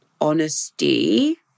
honesty